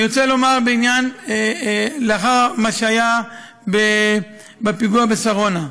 אני רוצה לומר, לאחר מה שהיה בפיגוע בשרונה,